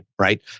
right